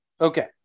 Okay